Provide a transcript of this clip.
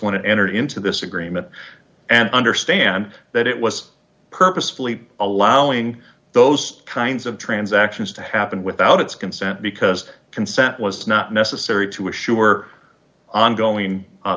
to enter into this agreement and understand that it was purposefully allowing those kinds of transactions to happen without its consent because consent was not necessary to assure ongoing